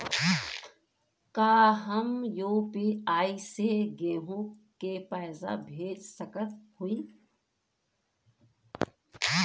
का हम यू.पी.आई से केहू के पैसा भेज सकत हई?